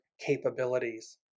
capabilities